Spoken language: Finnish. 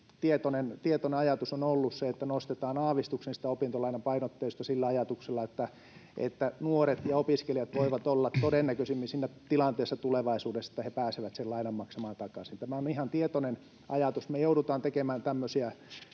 tietoinen ajatus on ollut, että nostetaan aavistus sitä opintolainapainotteisuutta sillä ajatuksella, että nuoret ja opiskelijat voivat olla todennäköisimmin siinä tilanteessa tulevaisuudessa, että he pääsevät sen lainan maksamaan takaisin. Tämä on ihan tietoinen ajatus. Me joudutaan tekemään tämmöisiä